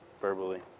verbally